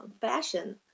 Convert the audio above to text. fashion